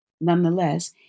Nonetheless